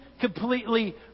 completely